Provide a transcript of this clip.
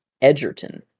Edgerton